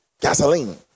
gasoline